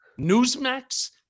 Newsmax